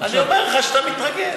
אני אומר לך שאתה מתרגל.